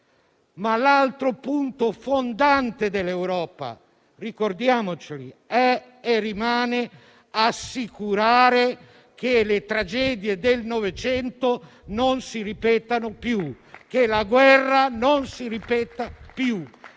che l'altro punto fondante dell'Europa è e rimane assicurare che le tragedie del Novecento non si ripetano più, che la guerra non si ripeta più.